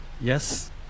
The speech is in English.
Yes